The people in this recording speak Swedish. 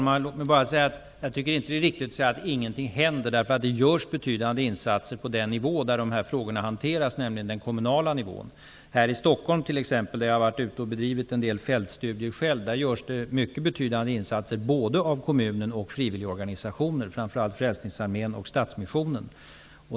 Herr talman! Jag tycker inte att det är riktigt att säga att ingenting händer, eftersom det faktiskt görs betydande insatser på den nivå där de här frågorna hanteras, nämligen den kommunala nivån. Här i Stockholm t.ex., där jag själv har bedrivit en del fältstudier, görs det mycket betydande insatser av både kommunen och frivilliga organisationer, framför allt Frälsningsarmén och Stadsmissionen.